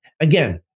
Again